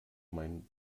mein